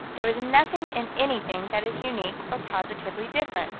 there is nothing in anything that is unique or positively different.